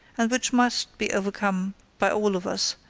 and which must be overcome by all of us,